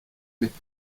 mit